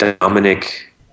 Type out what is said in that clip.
Dominic